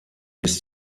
bis